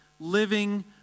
living